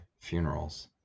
funerals